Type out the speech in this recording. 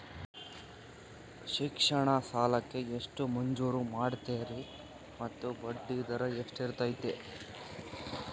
ಶಿಕ್ಷಣ ಸಾಲಕ್ಕೆ ಎಷ್ಟು ಮಂಜೂರು ಮಾಡ್ತೇರಿ ಮತ್ತು ಬಡ್ಡಿದರ ಎಷ್ಟಿರ್ತೈತೆ?